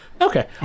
Okay